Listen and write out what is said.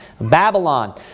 Babylon